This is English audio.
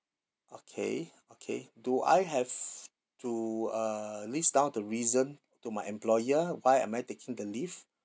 okay okay do I have to uh list down the reason to my employer why am I taking the leave